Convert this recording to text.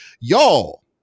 Y'all